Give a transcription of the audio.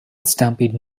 stampede